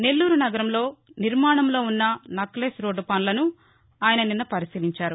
నెల్లూరు నగరంలో నిర్మాణంలో ఉన్న నెక్లెస్ రోధ్దు పనులను ఆయన నిన్న పరిశీలించారు